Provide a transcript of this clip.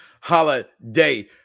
holiday